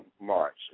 March